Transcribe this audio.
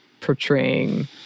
portraying